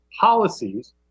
policies